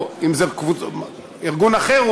או אם זה ארגון אחר,